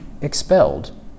expelled